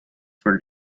for